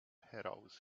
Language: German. heraus